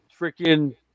freaking